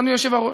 אדוני היושב-ראש?